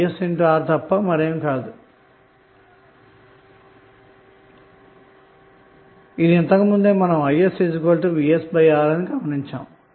vs అన్నది isR తప్ప మరేమి కాదు దీని విలువ i s v s R అని ఇంతకు ముందే మనం గమనించాము